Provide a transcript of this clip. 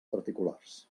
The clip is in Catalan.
particulars